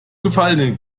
gefallenen